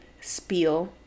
spiel